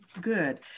good